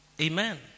Amen